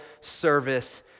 service